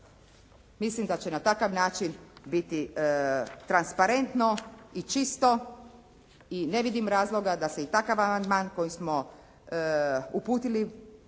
Mislim da će na takav način biti transparentno i čisto i ne vidim razloga da se i takav amandman koji smo uputili ovdje